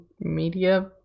media